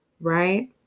right